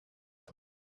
her